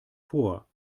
vor